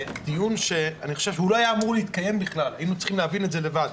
הוא לא היה אמור להתקיים היינו אמורים להבין את זה לבד.